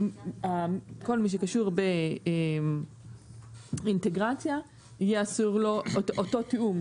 כל מי שקשור באינטגרציה יהיה אסור לו אותו תיאום.